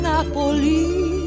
Napoli